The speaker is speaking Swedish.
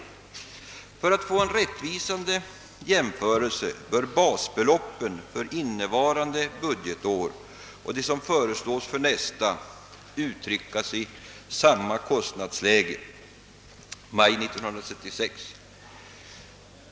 För att man skall få en rättvisande jämförelse bör basbeloppen för innevarande budgetår och det belopp som föreslås för nästa år uttryckas med utgångspunkt i samma kostnadsläge: maj 1966.